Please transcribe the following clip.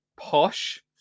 Posh